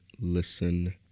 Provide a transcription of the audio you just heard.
listen